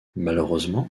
malheureusement